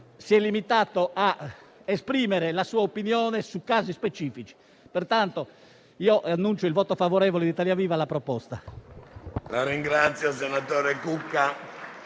si è limitato a esprimere la sua opinione su casi specifici. Pertanto, annuncio il voto favorevole di Italia Viva - PSI alla proposta.